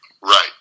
right